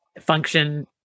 function